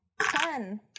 ten